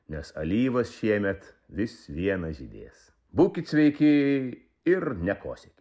nes alyvos šiemet vis viena žydės būkit sveiki ir nekosėkit